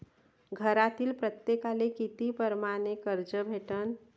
घरातील प्रत्येकाले किती परमाने कर्ज भेटन?